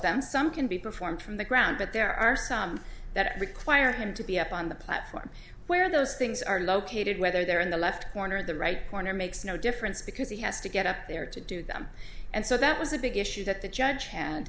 them some can be performed from the ground but there are some that require him to be up on the platform where those things are located whether they're in the left corner of the right corner makes no difference because he has to get up there to do them and so that was a big issue that the judge hand